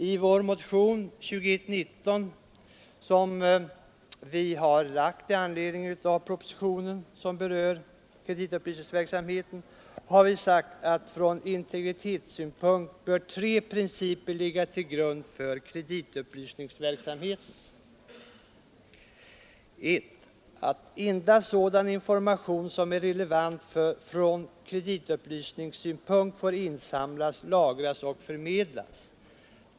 I vår motion 2119, som vi har väckt i anledning av propositionen och som berör kreditupplysningsverksamheten, har vi sagt att från integritetssynpunkt bör tre principer ligga till grund för kreditupplysningsverksamheten: 1. Endast sådan information som är relevant från kreditupplysningssynpunkt får insamlas, lagras och förmedlas.